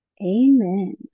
Amen